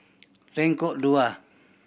Lengkok Dua